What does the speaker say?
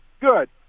Good